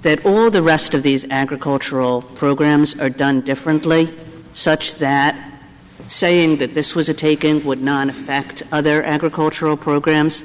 that the rest of these agricultural programs are done differently such that saying that this was a take in what nine act their agricultural programs